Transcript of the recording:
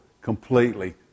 completely